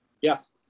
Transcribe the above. Yes